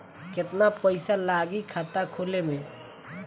केतना पइसा लागी खाता खोले में?